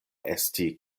esti